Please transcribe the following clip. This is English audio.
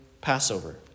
Passover